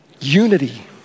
unity